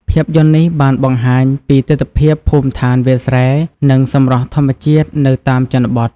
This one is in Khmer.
ភាពយន្តនេះបានបង្ហាញពីទិដ្ឋភាពភូមិឋាន វាលស្រែ និងសម្រស់ធម្មជាតិនៅតាមជនបទ។